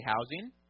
housing